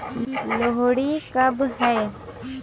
लोहड़ी कब है?